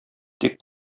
тик